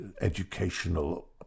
educational